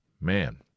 Man